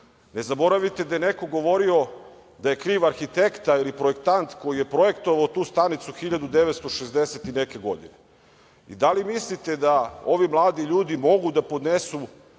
Ne zaboravite da je neko govorio da je kriv arhitekta ili projektant koji je projektovao tu stanicu 1960. i neke godine i da li mislite da ovi mladi ljudi mogu da podnesu